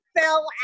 fell